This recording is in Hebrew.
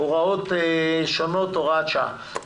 הוראות שונות) (הוראת שעה), התש"ף-2020.